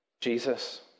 Jesus